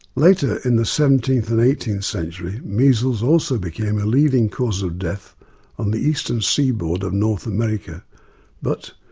later in the seventeenth and eighteenth century measles also became a leading cause of death on the eastern seaboard of north america but,